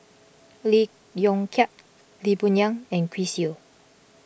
Lee Yong Kiat Lee Boon Yang and Chris Yeo